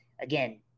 again